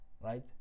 right